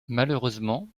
malheureusement